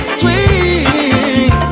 sweet